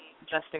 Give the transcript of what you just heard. Justin